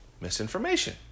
misinformation